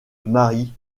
marie